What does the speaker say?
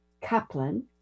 Kaplan